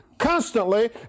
Constantly